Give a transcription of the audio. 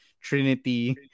Trinity